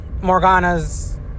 Morgana's